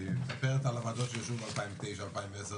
והוא מספר על הוועדות שישבו ב-2009 ו-2010